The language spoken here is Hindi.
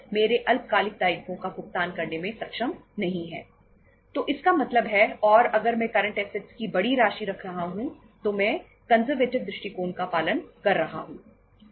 इललिक्विडिटी दृष्टिकोण का पालन कर रहा हूं